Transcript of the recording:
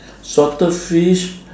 salted fish